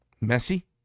messy